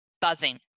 buzzing